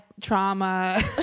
trauma